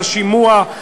השימוע,